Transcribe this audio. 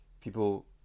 people